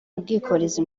ubwikorezi